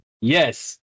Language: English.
Yes